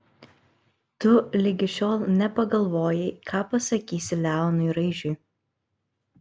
tu ligi šiol nepagalvojai ką pasakysi leonui raižiui